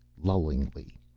lullingly,